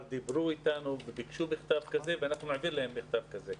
דיברו אתנו וביקשו מכתב כזה ואנחנו נעביר להם מכתב כזה.